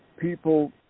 people